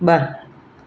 ब॒